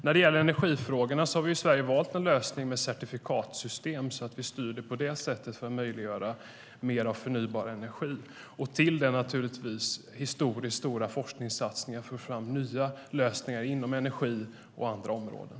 När det gäller energifrågorna har Sverige valt en lösning med certifikatsystem för att på det sättet möjliggöra mer av förnybar energi och till detta historiskt stora forskningssatsningar för att få fram nya lösningar inom energi och andra områden.